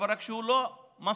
רק שהוא לא מספיק,